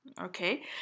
Okay